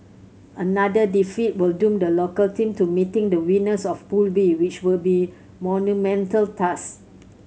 another defeat will doom the local team to meeting the winners of Pool B which would be a monumental task